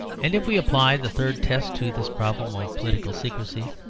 and if we apply the third test to this problem of political secrecy,